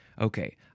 okay